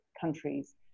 countries